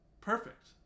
Perfect